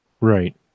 Right